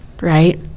right